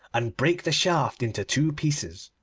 and brake the shaft into two pieces.